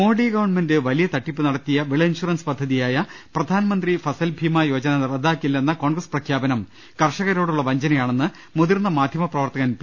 Modi government വലിയ തട്ടിപ്പ് നടത്തിയ വിള ഇൻഷൂറൻസ ് പദ്ധതിയായ പ്രധാൻമന്ത്രി ഫസൽ ഭീമ യോജന റദ്ദാക്കില്ലെന്ന കോൺഗ്രസ് പ്രഖ്യാപനം കർഷകരോടുള്ള വഞ്ചനയാണെന്ന് മുതിർന്ന മാധ്യമപ്രവർത്തകൻ പി